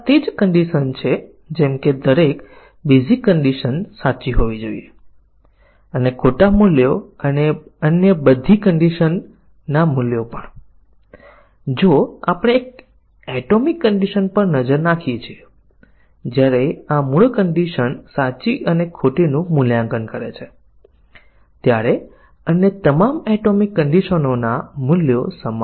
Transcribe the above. તેથી જ્યારે અભિવ્યક્તિમાં ફક્ત એક જ સ્થિતિ હોય છે ત્યારે શાખા કવરેજ અને તે જ સ્થિતિની કવરેજ હોય છે પરંતુ જ્યારે ઘણી શરતો હોય છે શરતી અભિવ્યક્તિની પેટા શરતો તો પછી ફક્ત શાખા કવરેજ પ્રાપ્ત કરવાથી તમામ ભૂલો શોધી શકાય નહીં